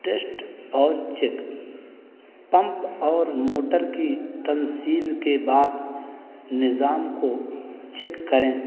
test اور check pump اور motor کی تنصیب کے بعد نظام کو چیک کریں